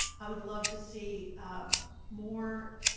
i would love to see um more.